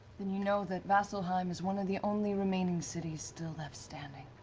then you know that vasselheim is one of the only remaining cities still left standing.